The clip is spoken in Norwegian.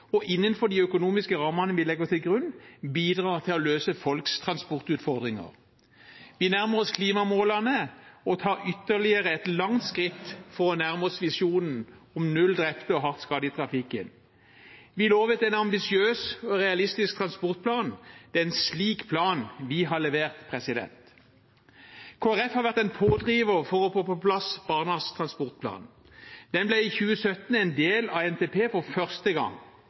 og som innenfor de økonomiske rammene vi legger til grunn, bidrar til å løse folks transportutfordringer. Vi nærmer oss klimamålene og tar ytterligere et langt skritt for å nærme oss visjonen om null drepte og hardt skadde i trafikken. Vi lovet en ambisiøs og realistisk transportplan. Det er en slik plan vi har levert. Kristelig Folkeparti har vært en pådriver for å få på plass Barnas transportplan. Den ble i 2017 for første gang en del av NTP.